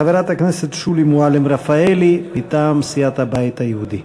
חברת הכנסת שולי מועלם-רפאלי מטעם סיעת הבית היהודי.